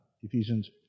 Ephesians